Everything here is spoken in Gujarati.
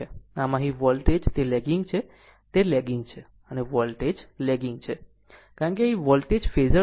આમ અહીં વોલ્ટેજ તે લેગીગ છે તે લેગિંગ છે વોલ્ટેજ લેગિંગ છે કારણ કે અહીં વોલ્ટેજ ફેઝર છે